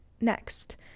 next